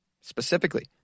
specifically